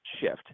shift